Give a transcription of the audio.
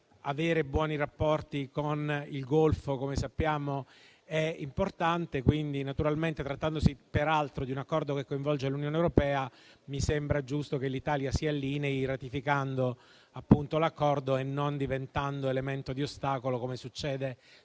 avere buoni rapporti con il Golfo, come sappiamo, è importante. Trattandosi peraltro di un Accordo che coinvolge l'Unione europea, mi sembra giusto che l'Italia si allinei ratificandolo e non diventando elemento di ostacolo come succede